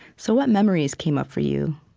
so what memories came up for you?